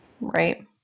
Right